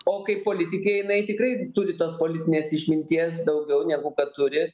o kaip politikė jinai tikrai turi tos politinės išminties daugiau negu kad turi